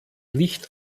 nicht